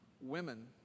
women